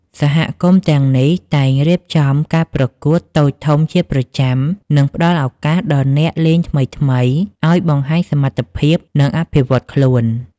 សហគមន៍ទាំងនេះតែងរៀបចំការប្រកួតតូចធំជាប្រចាំ និងផ្តល់ឱកាសដល់អ្នកលេងថ្មីៗឱ្យបង្ហាញសមត្ថភាព និងអភិវឌ្ឍខ្លួន។